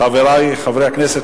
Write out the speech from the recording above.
חברי חברי הכנסת,